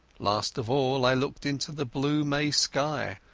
last of all i looked into the blue may sky,